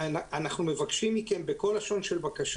אנחנו מבקשים מכם בכל לשון של בקשה